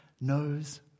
knows